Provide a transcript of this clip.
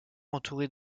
entouré